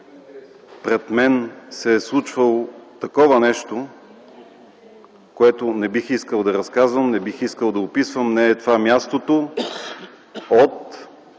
Пред мен се е случвало такова нещо, което не бих искал да разказвам, не бих искал да описвам, не е това мястото от